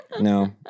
No